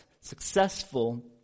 successful